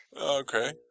Okay